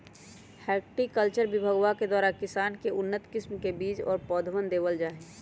horticulture विभगवा के द्वारा किसान के उन्नत किस्म के बीज व पौधवन देवल जाहई